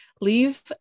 Leave